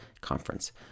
conference